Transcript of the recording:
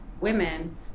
women